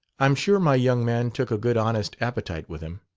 i'm sure my young man took a good honest appetite with him!